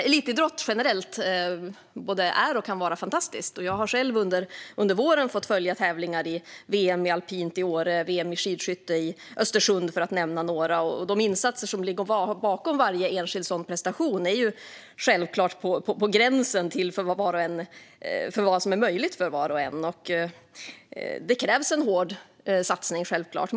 Elitidrott generellt både är och kan vara fantastiskt. Jag har själv under våren fått följa VM-tävlingarna i alpint i Åre och VM i skidskytte i Östersund, för att nämna några. De insatser som ligger bakom varje enskild sådan prestation är ju självklart på gränsen för vad var som är möjligt för var och en. Det krävs en hård satsning, självklart.